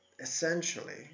essentially